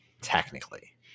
technically